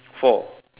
four